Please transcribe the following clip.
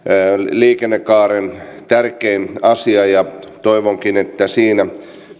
liikennekaaren tärkein asia ja toivonkin että siinä